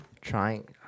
trying